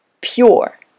pure